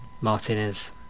Martinez